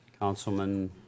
Councilman